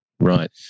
Right